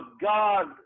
God